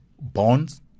bonds